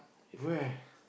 where